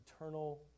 eternal